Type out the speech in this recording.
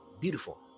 beautiful